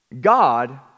God